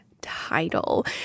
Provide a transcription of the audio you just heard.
title